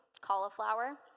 cauliflower